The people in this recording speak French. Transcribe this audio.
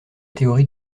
théorie